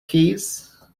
keys